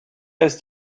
ist